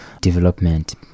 development